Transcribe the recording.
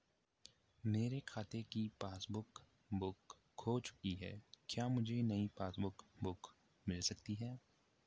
मेरे खाते की पासबुक बुक खो चुकी है क्या मुझे नयी पासबुक बुक मिल सकती है?